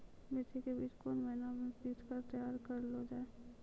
मिर्ची के बीज कौन महीना मे पिक्चर तैयार करऽ लो जा?